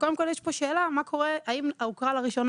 קודם כל יש פה שאלה מה קורה האם ההוכרה לראשונה